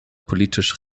politisch